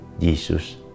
Jesus